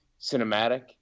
cinematic